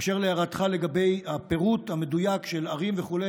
באשר להערתך לגבי הפירוט המדויק של ערים וכו',